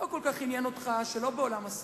לא כל כך עניין אותך שלא בעולם הסרטים,